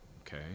okay